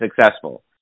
successful